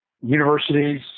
universities